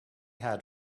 had